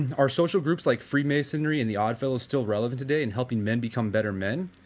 our social groups like free masonry and the art fields still relevant today in helping men become better men,